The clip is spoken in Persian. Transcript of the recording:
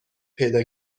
پیدا